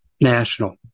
national